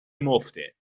مفته